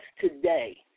today